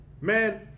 Man